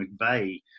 McVeigh